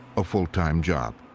a full-time job.